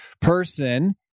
person